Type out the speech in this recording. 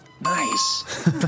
Nice